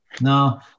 Now